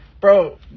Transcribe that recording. bro